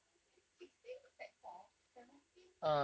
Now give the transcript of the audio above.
seventeen sixteen sec four seventeen